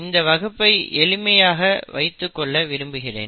இந்த வகுப்பை எளிமையாக வைத்துக் கொள்ள விரும்புகிறேன்